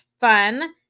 fun